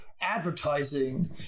advertising